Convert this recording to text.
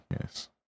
yes